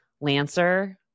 Lancer